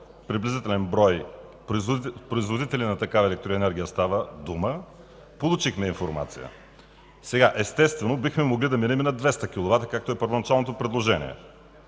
приблизителен брой производители на такава електроенергия става дума. Получихме информация. Естествено, бихме могли да минем и на 200 киловата, както е първоначалното предложение.